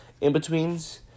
in-betweens